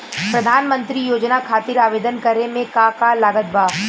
प्रधानमंत्री योजना खातिर आवेदन करे मे का का लागत बा?